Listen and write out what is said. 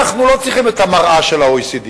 אנחנו לא צריכים את המראה של ה-OECD,